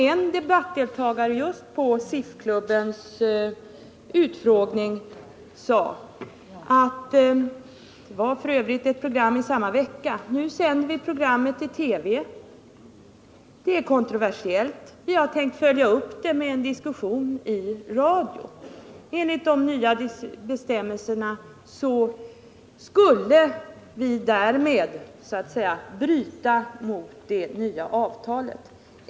En debattdeltagare vid SIF-klubbens utfrågning sade beträffande ett program under samma vecka: Nu sänder vi programmet i TV. Det är kontroversiellt, och vi har tänkt följa upp det med en diskussion i radio. Enligt de nya bestämmelserna skulle vi därmed bryta mot avtalet.